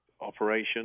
operation